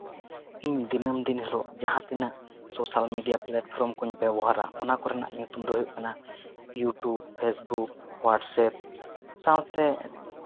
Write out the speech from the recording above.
ᱤᱧ ᱫᱤᱱᱟᱹᱢ ᱫᱤᱱ ᱦᱤᱞᱳᱜ ᱡᱟᱦᱟᱸ ᱛᱤᱱᱟᱹᱜ ᱥᱳᱥᱟᱞ ᱢᱮᱰᱤᱭᱟ ᱯᱞᱟᱴᱯᱷᱨᱚᱢ ᱠᱚᱧ ᱵᱮᱵᱚᱦᱟᱨᱟ ᱚᱱᱟ ᱠᱚᱨᱮᱱᱟᱜ ᱧᱩᱛᱩᱢ ᱫᱚ ᱦᱩᱭᱩᱜ ᱠᱟᱱᱟ ᱤᱭᱩᱴᱩᱵᱽ ᱯᱷᱮᱥᱵᱩᱠ ᱦᱳᱴᱟᱥᱥᱮᱯ ᱥᱟᱶᱛᱮ